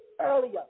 earlier